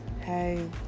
Hey